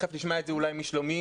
תכף נשמע את זה אולי משלומי,